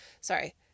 sorry